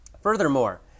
Furthermore